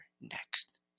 next